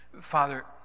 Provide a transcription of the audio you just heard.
Father